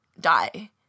die